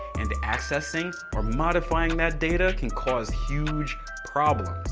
and accessing or modifying that data can cause huge problems.